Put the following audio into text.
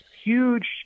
Huge